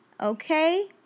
Okay